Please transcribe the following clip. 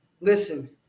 listen